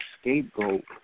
scapegoat